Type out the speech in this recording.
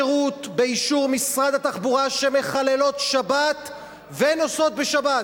יש מוניות שירות באישור משרד התחבורה שמחללות שבת ונוסעות בשבת,